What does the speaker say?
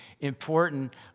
important